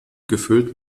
gefüllt